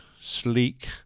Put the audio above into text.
sleek